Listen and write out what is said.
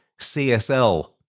CSL